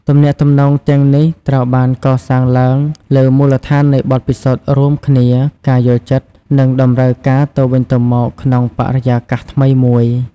ទំនាក់ទំនងទាំងនេះត្រូវបានកសាងឡើងលើមូលដ្ឋាននៃបទពិសោធន៍រួមគ្នា ការយល់ចិត្ត និងតម្រូវការទៅវិញទៅមកក្នុងបរិយាកាសថ្មីមួយ ។